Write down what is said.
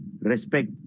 respect